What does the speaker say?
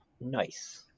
Nice